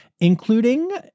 Including